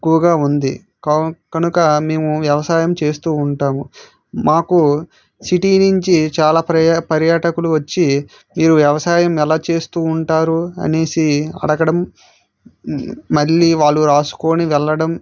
ఎక్కువగా ఉంది కావ్ కనుక మేము వ్యవసాయం చేస్తూ ఉంటాము మాకు సిటీ నుంచి చాలా పర్యా పర్యాటకులు వచ్చి మీరు వ్యవసాయం ఎలా చేస్తూ ఉంటారు అనేసి అడగడం మళ్ళీ వాళ్ళు రాసుకుని వెళ్ళడం